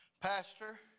Pastor